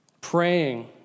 Praying